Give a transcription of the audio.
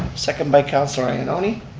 second by councilor i mean